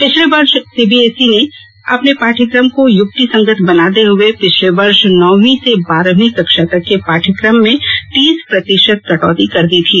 पिछले वर्ष सीबीएसई ने अपने पाठ्यक्रम को युक्तिसंगत बनाते हुए पिछले वर्ष नौवीं से बारहवीं कक्षा तक के पाठ्यक्रम में तीस प्रतिशत कटौती कर दी थी